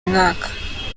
mwaka